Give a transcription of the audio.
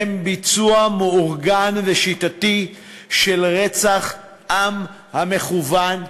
הן ביצוע מאורגן ושיטתי של רצח עם המוכוון מלמעלה.